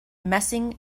messing